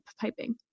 piping